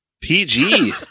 PG